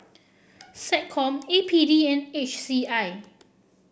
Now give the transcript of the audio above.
SecCom A P D and H C I